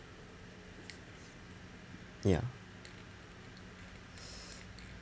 ya